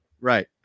Right